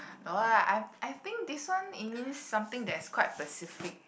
no lah I've I think this one it means something that is quite specific